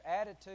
attitude